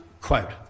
quote